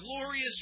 glorious